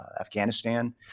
Afghanistan